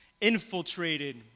infiltrated